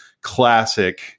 classic